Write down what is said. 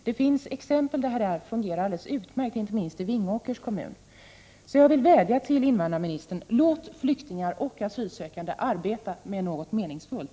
Det finns exempel på att detta fungerar alldeles RE -: AR Om sysselsättning för utmärkt, inte minst i Vingåkers kommun. ÖS NaN ÖN a å är vissa invandrare och Jag vill vädja till invandrarministern: Låt flyktingar och asylsökande SS asylsökande arbeta med något meningsfullt!